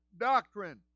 doctrine